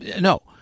No